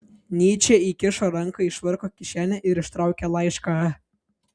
nyčė įkišo ranką į švarko kišenę ir ištraukė laišką